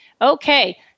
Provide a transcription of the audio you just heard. Okay